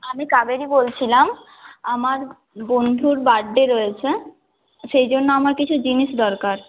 আমি কাবেরী বলছিলাম আমার বন্ধুর বার্থ ডে রয়েছে সেই জন্য আমার কিছু জিনিস দরকার